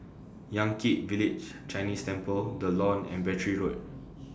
Yan Kit Village Chinese Temple The Lawn and Battery Road